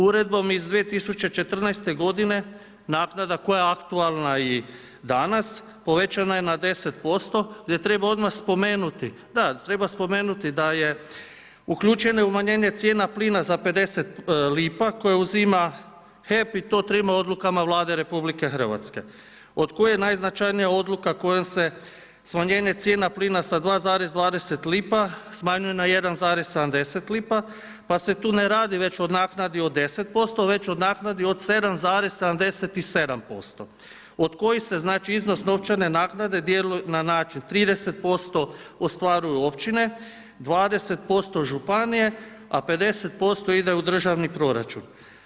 Uredbom iz 2014. g., naknada koja je aktualna i danas, povećana je na 10% gdje treba odmah spomenuti, da, treba spomenuti da je uključeno umanjenje cijena plina za 50 lipa koje uzima HEP i to trima odlukama Vlade RH od koje je najznačajnija odluka kojom se smanjenje cijena plina sa 2,20 lipa smanjuje na 1,70 lipa pa se tu ne radi već o naknadi od 10%, već o naknadi od 7,77% od kojih se iznos novčane naknade dijeli na način 30% ostvaruju općine, 20% županije a 50% ide u državni proračun.